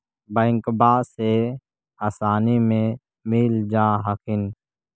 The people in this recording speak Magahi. बैंकबा से आसानी मे मिल जा हखिन?